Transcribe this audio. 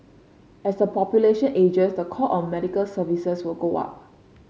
as the population ages the call on medical services will go up